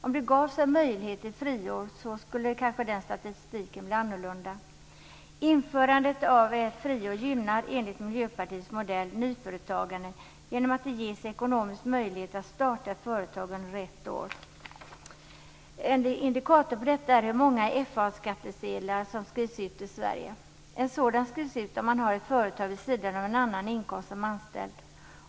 Om det gavs en möjlighet till friår skulle kanske den statistiken bli annorlunda. Införandet av ett friår gynnar enligt Miljöpartiets modell nyföretagande genom att det ges ekonomisk möjlighet att starta ett företag under ett år. En indikator på detta är hur många FA-skattsedlar som skrivs ut i Sverige. En sådan skrivs ut om man har ett företag vid sidan av en annan inkomst som anställd.